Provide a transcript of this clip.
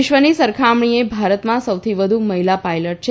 વિશ્વની સરખામણીએ ભારતમાં સૌથી વધુ મહિલા પાઇલટ છે